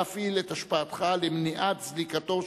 להפעיל את השפעתך למניעת זליגה של